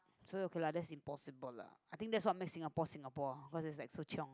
so okay lah that's impossible lah I think that's what makes Singapore Singapore cause it's like so chiong